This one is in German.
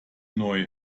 neu